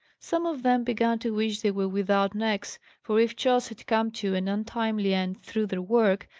some of them began to wish they were without necks for if charles had come to an untimely end through their work,